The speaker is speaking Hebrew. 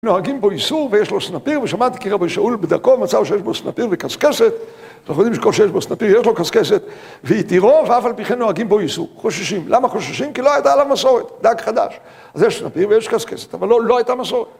נוהגים בו איסור ויש לו סנפיר, ושמעתי כי רבי שאול בדקו ומצאו שיש בו סנפיר וקשקשת אנחנו יודעים שכל שיש בו סנפיר יש לו קשקשת והתירו, אף על פי כן נוהגים בו איסור חוששים, למה חוששים? כי לא הייתה עליו מסורת. דג חדש. אז יש סנפיר ויש קשקשת, אבל לא הייתה מסורת